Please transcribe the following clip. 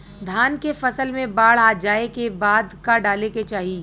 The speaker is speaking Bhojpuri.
धान के फ़सल मे बाढ़ जाऐं के बाद का डाले के चाही?